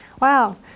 Wow